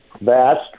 vast